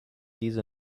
diese